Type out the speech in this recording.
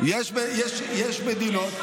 יש מדינות,